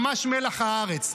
ממש מלח הארץ.